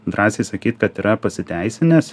drąsiai sakyt kad yra pasiteisinęs